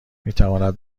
میتواند